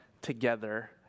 together